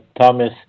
Thomas